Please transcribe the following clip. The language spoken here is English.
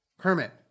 Hermit